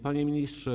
Panie Ministrze!